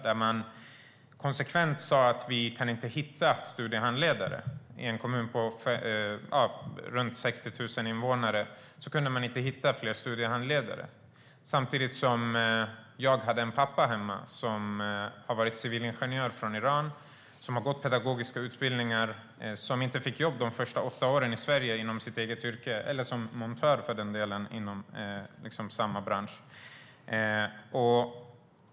Man sa konsekvent: Vi kan inte hitta studiehandledare. I en kommun på runt 60 000 invånare kunde man inte hitta fler studiehandledare. Samtidigt hade jag en pappa hemma som har varit civilingenjör från Iran och som har gått pedagogiska utbildningar men som inte fick jobb de första åtta åren i Sverige inom sitt yrke eller för den delen som montör i samma bransch.